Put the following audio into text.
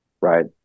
right